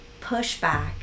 pushback